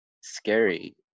scary